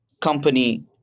company